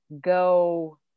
go